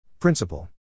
Principle